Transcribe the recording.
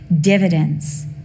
dividends